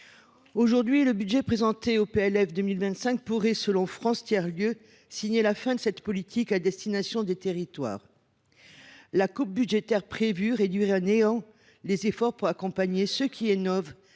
culture… Le budget présenté au travers du PLF pour 2025 pourrait, selon France Tiers Lieux, signer la fin de cette politique à destination des territoires. La coupe budgétaire prévue réduirait à néant les efforts pour accompagner ceux qui innovent